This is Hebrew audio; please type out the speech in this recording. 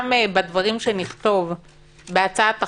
דבר שני, גם בדברים שנכתוב בהצעת החוק,